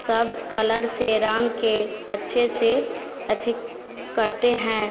सब कलर से रंग के अच्छे से अधिक करते हैं